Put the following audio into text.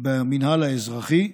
במינהל האזרחי,